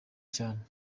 cyane